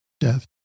death